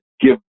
give